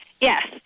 Yes